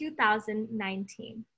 2019